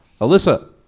Alyssa